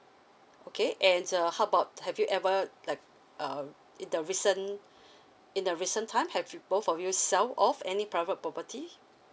okay and uh how about have you ever like uh in the recent in the recent time have you both of you sell off any private property